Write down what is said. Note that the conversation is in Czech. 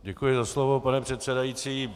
Děkuji za slovo, pane předsedající.